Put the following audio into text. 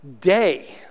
day